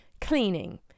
cleaning